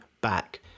back